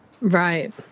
Right